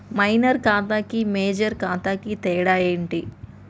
Minor ఖాతా కి major ఖాతా కి తేడా ఏంటి?